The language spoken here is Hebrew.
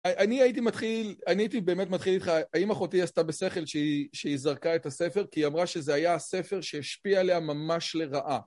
אני הייתי באמת מתחיל איתך, האם אחותי עשתה בשכל שהיא זרקה את הספר? כי היא אמרה שזה היה הספר שהשפיע עליה ממש לרעה.